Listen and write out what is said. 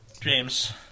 James